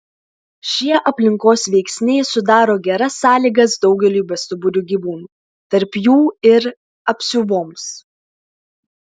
šie aplinkos veiksniai sudaro geras sąlygas daugeliui bestuburių gyvūnų tarp jų ir apsiuvoms